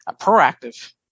proactive